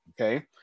okay